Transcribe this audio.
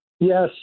Yes